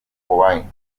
cobain